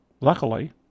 Luckily